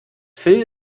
phil